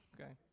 Okay